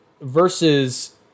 versus